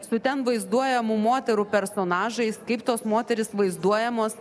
su ten vaizduojamų moterų personažais kaip tos moterys vaizduojamos